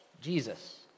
Jesus